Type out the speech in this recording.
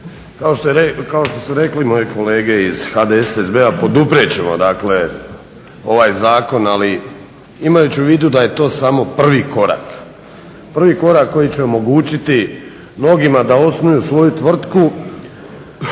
Kao što su rekli moji kolege iz HDSSB-a poduprijet ćemo dakle ovaj zakon, ali imajući u vidu da je to samo prvi korak, prvi korak koji će omogućiti mnogima da osnuju svoju tvrtku,